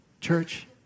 Church